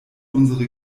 unsere